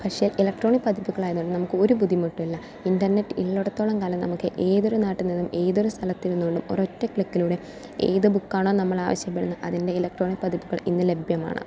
പക്ഷേ ഇലക്ട്രോണിക് പതിപ്പുകൾ ആയതുകൊണ്ട് നമുക്ക് ഒരു ബുദ്ധിമുട്ടുമില്ല ഇൻ്റർനെറ്റ് ഉള്ളിടത്തോളം കാലം നമുക്ക് ഏതൊരു നാട്ടിൽ നിന്നും ഏതൊരു സ്ഥലത്ത് ഇരുന്ന് കൊണ്ടും ഒരൊറ്റ ക്ലിക്കിലൂടെ ഏത് ബുക്കാണോ നമ്മൾ ആവശ്യപ്പെടുന്നത് അതിൻ്റെ ഇലക്ട്രോണിക് പതിപ്പുകൾ ഇന്ന് ലഭ്യമാണ്